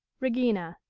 regina.